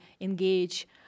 engage